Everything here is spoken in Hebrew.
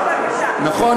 נכון?